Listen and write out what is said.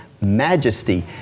majesty